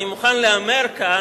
אני מוכן להמר כאן,